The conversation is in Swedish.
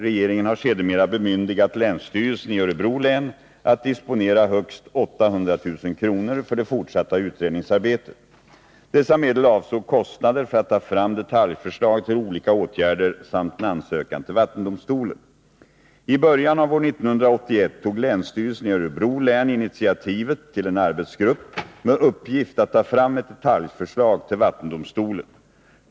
Regeringen har sedermera bemyndigat länsstyrelsen i Örebro län att disponera högst 800 000 kr. för det fortsatta utredningsarbetet. Dessa medel avsåg kostnader för att ta fram detaljförslag till olika åtgärder samt en ansökan till vattendomstolen. I början av år 1981 tog länsstyrelsen i Örebro län initiativet till en arbetsgrupp med uppgift att ta fram ett detaljförslag till vattendomstolen.